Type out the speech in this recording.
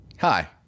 Hi